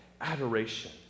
adoration